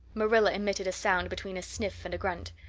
marilla emitted a sound between a sniff and a grunt.